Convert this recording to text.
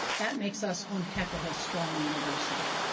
that makes us one heck of a strong university.